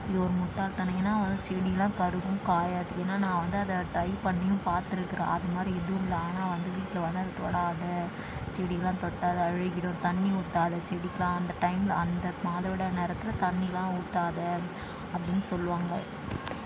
இது ஒரு முட்டாள்தனம் ஏன்னால் அங்கே செடியெல்லாம் கருகும் காயாது ஏன்னால் நான் வந்து அதை ட்ரை பண்ணியும் பார்த்துருக்கேன் அதுமாதிரி எதுவும் இல்லை ஆனால் வீட்டில் வந்து அதை தொடாத செடியெல்லாம் தொட்டால் அது அழுகிவிடும் தண்ணி ஊற்றாத செடிக்கெல்லாம் அந்த டைமில் அந்த மாதவிடாய் நேரத்தில் தண்ணியெல்லாம் ஊற்றாத அப்படின்னு சொல்லுவாங்க